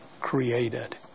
created